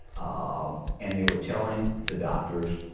um and they were telling the doctors,